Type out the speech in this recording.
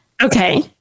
Okay